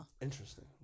Interesting